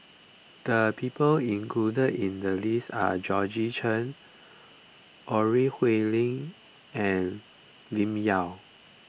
the people included in the list are Georgette Chen Ore Huiying and Lim Yau